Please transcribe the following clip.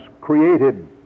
created